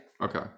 okay